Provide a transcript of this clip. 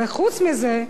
וחוץ מזה,